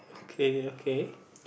K okay